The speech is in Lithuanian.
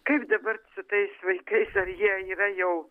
kaip dabar su tais vaikais ar jie yra jau